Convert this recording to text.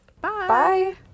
Bye